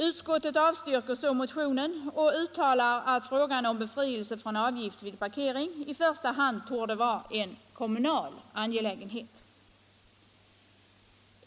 Utskottet avstyrker motionen och uttalar att frågan om befrielse från avgift vid parkering i första hand torde vara en kommunal angelägenhet.